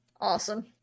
awesome